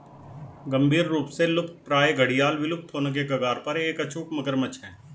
गंभीर रूप से लुप्तप्राय घड़ियाल विलुप्त होने के कगार पर एक अचूक मगरमच्छ है